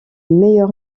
meilleur